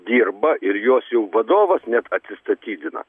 dirba ir jos jau vadovas net atsistatydina